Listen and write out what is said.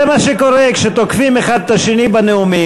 זה מה שקורה כשתוקפים אחד את השני בנאומים.